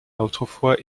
autrefois